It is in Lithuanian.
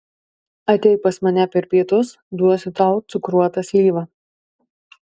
ateik pas mane per pietus duosiu tau cukruotą slyvą